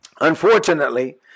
Unfortunately